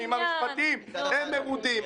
אני רוצה לשאול את הגורמים המשפטיים הם עניים מרודים,